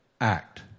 act